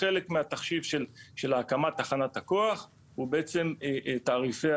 חלק מהתחשיב של ההקמה, תחנת הכוח, ובעצם תעריפי